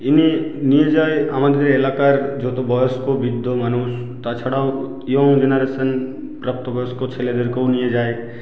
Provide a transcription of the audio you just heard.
ইনি নিয়ে যায় আমাদের এলাকার যত বয়স্ক বৃদ্ধ মানুষ তাছাড়াও ইয়ং জেনারেশন প্রাপ্তবয়েস্ক ছেলেদেরকেও নিয়ে যায়